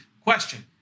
Question